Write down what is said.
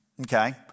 okay